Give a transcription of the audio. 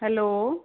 hello